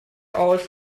aus